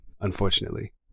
unfortunately